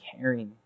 caring